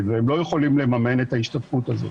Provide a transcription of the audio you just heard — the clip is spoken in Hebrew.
והם לא יכולות לממן את ההשתתפות הזאת,